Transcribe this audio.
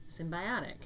symbiotic